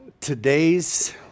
today's